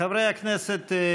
חברי הכנסת,